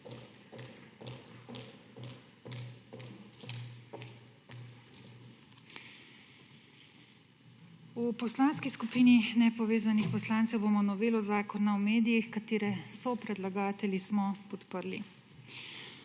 V Poslanski skupini nepovezanih poslancev bomo novelo Zakona o medijih, katere sopredlagatelji smo, podprli.